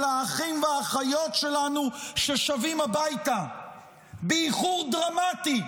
האחים והאחיות שלנו ששבים הביתה באיחור דרמטי.